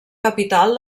capital